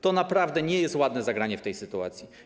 To naprawdę nie jest ładne zagranie w tej sytuacji.